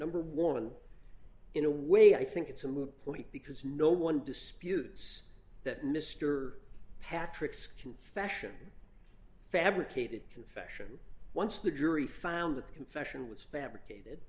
number warrant in a way i think it's a moot point because no one disputes that mr patrick's confession fabricated confession once the jury found that the confession was fabricated